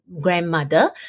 grandmother